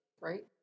right